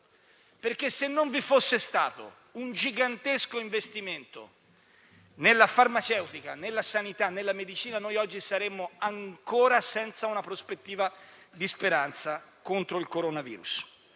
se non vi fosse stato un gigantesco investimento nella farmaceutica, nella sanità e nella medicina, noi oggi saremmo ancora senza una prospettiva di speranza contro il coronavirus.